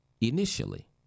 initially